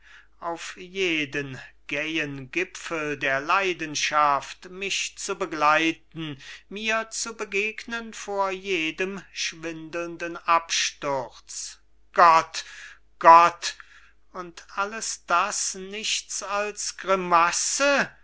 thräne auf jeden gähen gipfel der leidenschaft mich zu begleiten mir zu begegnen vor jedem schwindelnden absturz gott gott und alles das nichts als grimasse